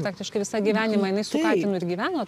praktiškai visą gyvenimą jinai su katinu ir gyveno